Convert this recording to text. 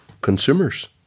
consumers